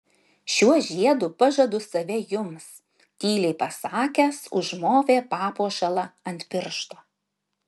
šiuo žiedu pažadu save jums tyliai pasakęs užmovė papuošalą ant piršto